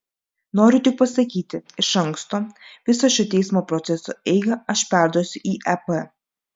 noriu tik pasakyti iš anksto visą šio teismo proceso eigą aš perduosiu į ep